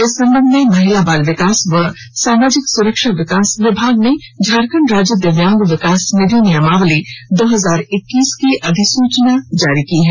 इस संबध में महिला बाल विकास व सामाजिक सुरक्षा विकास विभाग ने झारखंड राज्य दिव्यांग विकास निधि नियमावली दो हजार इककीस की अधिसूचना जारी की है